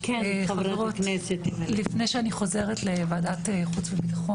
חברת הכנסת אמילי חיה מואטי.